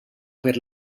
per